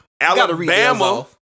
Alabama